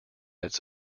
its